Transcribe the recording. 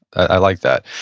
i like that.